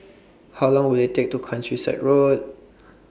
How Long Will IT Take to Countryside Road